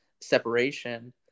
separation